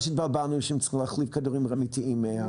שהתבלבנו כשהיה צריך להחליף כדורים אמיתיים.